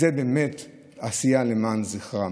זאת באמת עשייה למען זכרם.